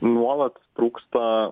nuolat trūksta